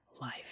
life